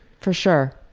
for sure.